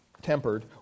tempered